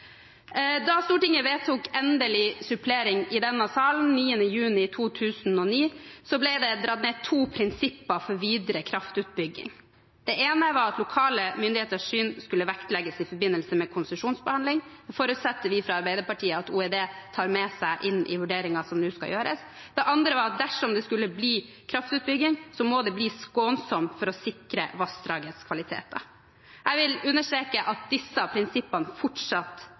Da Stortinget vedtok avsluttende supplering i denne salen 9. juni 2009, ble det satt to prinsipper for videre kraftutbygging. Det ene var at lokale myndigheters syn skulle vektlegges i forbindelse med konsesjonsbehandling, og det forutsetter vi fra Arbeiderpartiet at Olje- og energidepartementet tar med seg inn i vurderingen som nå skal gjøres. Det andre var at dersom det skulle bli kraftutbygging, må det bli skånsomt for å sikre vassdragets kvaliteter. Jeg vil understreke at disse prinsippene fortsatt